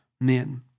men